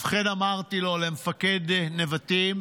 ובכן, אמרתי לו, למפקד נבטים: